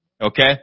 Okay